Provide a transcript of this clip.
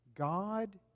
God